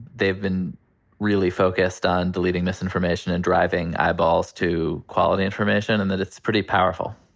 they've been really focused on deleting misinformation and driving eyeballs to quality information. and that it's pretty powerful.